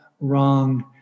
wrong